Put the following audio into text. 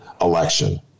election